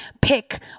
pick